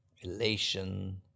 elation